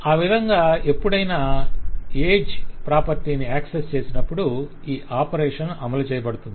ఆ విధంగా ఎప్పుడైనా ఏజ్ ప్రాపర్టీ ని ఆక్సెస్ చేసినప్పుడు ఈ ఆపరేషన్ అమలుచేయబడుతుంది